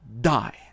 Die